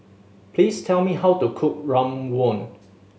please tell me how to cook rawon